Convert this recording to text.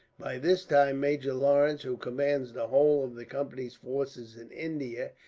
by this time major lawrence, who commands the whole of the company's forces in india,